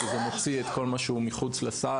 כי זה מוציא את כל מה שמחוץ לסל,